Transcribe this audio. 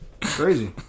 Crazy